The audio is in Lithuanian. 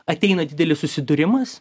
ateina didelis susidūrimas